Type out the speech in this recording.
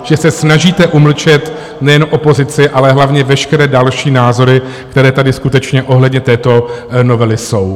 Že se snažíte umlčet nejen opozici, ale hlavně veškeré další názory, které tady skutečně ohledně této novely jsou.